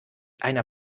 einer